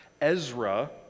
Ezra